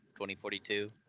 2042